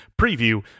preview